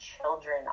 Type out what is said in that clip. children